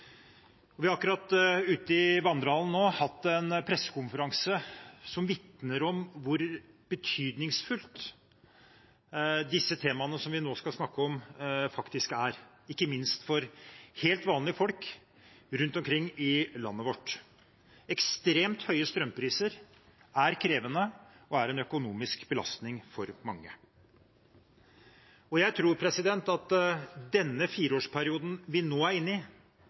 oss. Vi har akkurat nå ute i vandrehallen hatt en pressekonferanse som vitner om hvor betydningsfulle disse temaene som vi nå skal snakke om, faktisk er, ikke minst for helt vanlige folk rundt omkring i landet vårt. Ekstremt høye strømpriser er krevende og en økonomisk belastning for mange. Jeg tror at denne fireårsperioden vi nå er inne i,